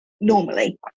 normally